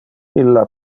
illa